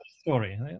story